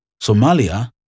Somalia